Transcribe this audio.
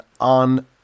on